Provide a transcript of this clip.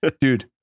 dude